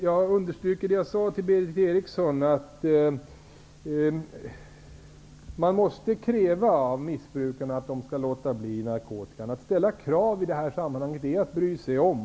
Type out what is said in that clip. Jag vill understryka det som jag sade till Berith Eriksson, nämligen att man måste kräva av missbrukarna att de skall låta bli narkotikan. Att ställa krav i det här sammanhanget är att bry sig om.